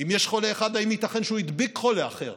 אם יש חולה אחד, האם ייתכן שהוא הדביק חולה אחר?